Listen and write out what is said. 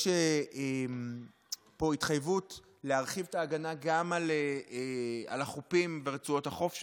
יש פה התחייבות להרחיב את ההגנה גם על החופים ברצועות החוף שלנו.